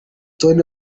tony